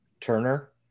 Turner